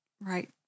right